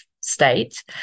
state